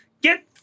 Get